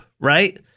Right